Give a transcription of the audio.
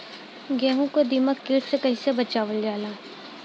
गेहूँ को दिमक किट से कइसे बचावल जाला?